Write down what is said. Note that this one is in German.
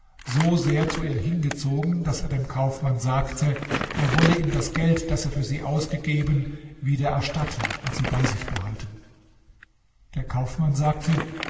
so sehr zu ihr hingezogen daß er dem kaufmann sagte er wolle ihm das geld das er für sie ausgegeben wieder erstatten und sie bei sich behalten der kaufmann sagte